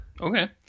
okay